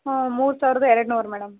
ಹಾಂ ಮೂರು ಸಾವಿರ್ದ ಎರ್ಡು ನೂರು ಮೇಡಮ್